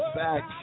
back